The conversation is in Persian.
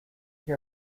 کسی